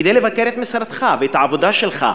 כדי לבקר את משרדך ואת העבודה שלך.